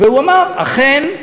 והוא אמר: אכן,